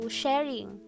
sharing